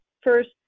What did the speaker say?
first